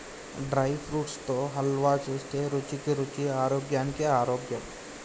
dry fruits తో హల్వా చేస్తే రుచికి రుచి ఆరోగ్యానికి ఆరోగ్యం